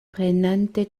prenante